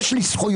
יש לי זכויות.